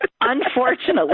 unfortunately